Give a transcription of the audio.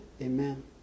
Amen